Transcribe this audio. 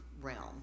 realm